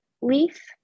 leaf